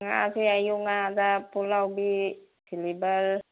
ꯉꯥꯁꯦ ꯑꯌꯣꯛ ꯉꯥꯗ ꯄꯨꯛꯂꯥꯎꯕꯤ ꯁꯤꯂꯤꯕꯔ